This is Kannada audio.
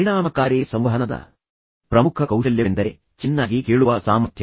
ಪರಿಣಾಮಕಾರಿ ಸಂವಹನದ ಪ್ರಮುಖ ಕೌಶಲ್ಯವೆಂದರೆ ಚೆನ್ನಾಗಿ ಕೇಳುವ ಸಾಮರ್ಥ್ಯ